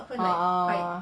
ah ah ah